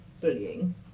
bullying